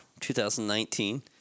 2019